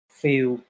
feel